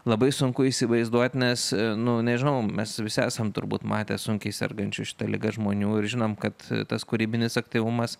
labai sunku įsivaizduot nes nu nežinau mes visi esam turbūt matę sunkiai sergančių šita liga žmonių ir žinom kad tas kūrybinis aktyvumas